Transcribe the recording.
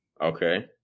Okay